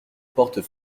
portes